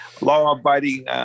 law-abiding